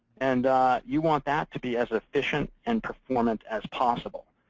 and you want that to be as efficient and performant as possible.